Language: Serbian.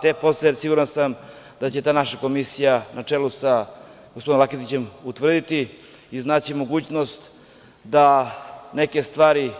Te posledice, siguran sam, da će ta naša Komisija na čelu sa gospodinom Laketićem utvrditi, iznaći mogućnost da neke stvari